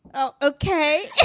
oh, okay